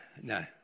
no